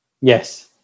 Yes